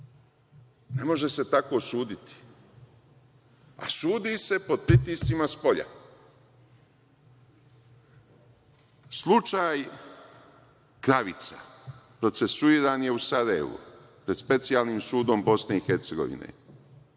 Ne može se tako suditi, a sudi se pod pritiscima spolja. Slučaj Kravica. Procesuiran je u Sarajevu pred Specijalnim sudom BIH, i nigde